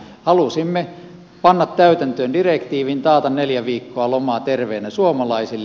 halusimme panna täytäntöön direktiivin taata neljä viikkoa lomaa terveenä suomalaisille